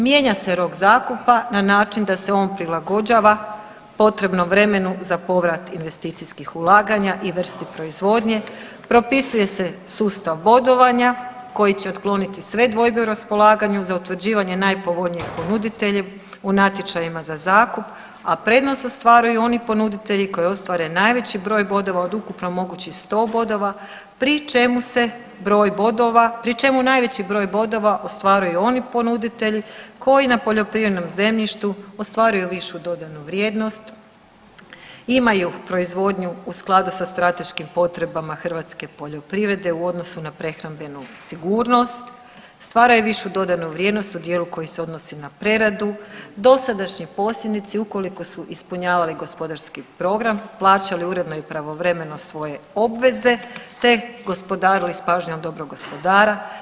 Mijenja se rok zakupa na način da se on prilagođava potrebnom vremenu za povrat investicijskih ulaganja i vrsti proizvodnje, propisuje se sustav bodovanja koji će ukloniti sve dvojbe u raspolaganju za utvrđivanje najpovoljnijeg ponuditelja u natječajima za zakup, a prednost ostvaruju oni ponuditelji koji ostvare najveći broj bodova od ukupno mogućih 100 bodova pri čemu se broj bodova, pri čemu najveći broj bodova ostvaruju oni ponuditelji koji na poljoprivrednom zemljištu ostvaruju višu dodanu vrijednost, imaju proizvodnju u skladu sa strateškim potrebama hrvatske poljoprivrede u odnosu na prehrambenu sigurnost, stvaraju višu dodanu vrijednost u dijelu koji se odnosi na preradu, dosadašnji posjednici ukoliko su ispunjavali gospodarski program, plaćali uredno i pravovremeno svoje obveze te gospodarili s pažnjom dobrog gospodara.